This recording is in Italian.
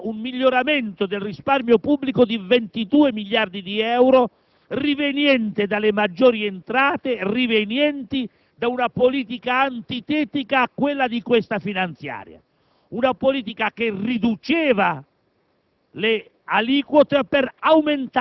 Tutta la drammatizzazione iniziale era priva di fondamento. C'è stato un miglioramento del risparmio pubblico di 22 miliardi di euro provenienti da maggiori entrate, frutto di una politica, antitetica a quella posta in essere